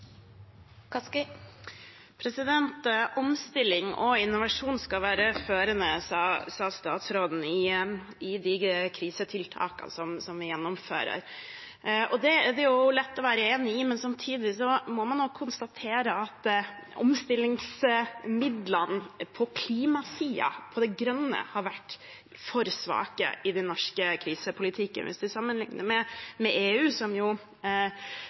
omstilling og innovasjon skal være førende i de krisetiltakene vi gjennomfører. Det er det jo lett å være enig i, men samtidig må man konstatere at omstillingsmidlene på klimasiden, på det grønne, har vært for svake i den norske krisepolitikken. Hvis man sammenligner med EU, som